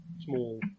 small